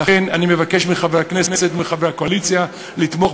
לכן אני מבקש מחברי הכנסת ומחברי הקואליציה לתמוך